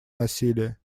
насилия